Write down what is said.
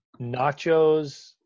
nachos